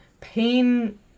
Pain